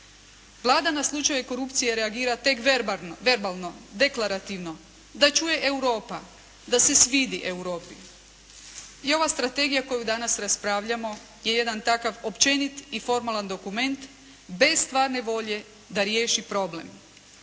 Vlada na slučajeve korupcije reagira tek verbalno, deklarativno da čuje Europa. Da se svidi Europi. I ova strategija koju danas raspravljamo je jedan takav općenit i formalan dokument bez stvarne volje da riješi problem.